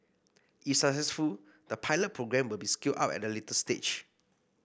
if successful the pilot programme will be scaled up at a later stage